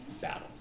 battle